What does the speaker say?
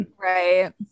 right